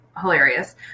hilarious